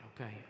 okay